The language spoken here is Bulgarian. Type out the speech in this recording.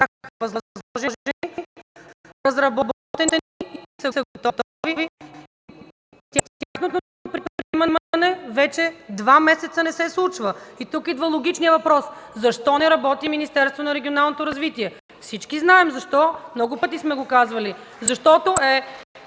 бяха възложени, разработени и са готови и тяхното приемане вече два месеца не се случва. Тук идва логичният въпрос: защо не работи Министерството на регионалното развитие? Всички знаем защо, много пъти сме го казвали